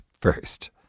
first